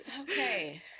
Okay